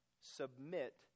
submit